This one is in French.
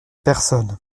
personne